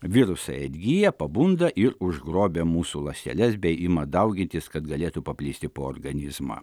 virusai atgyja pabunda ir užgrobia mūsų ląsteles bei ima daugintis kad galėtų paplisti po organizmą